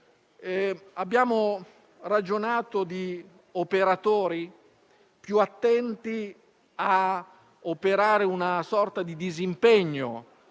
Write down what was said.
abbiamo ragionato di operatori propensi più a operare una sorta di disimpegno